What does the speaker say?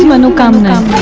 um and come to